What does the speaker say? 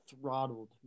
throttled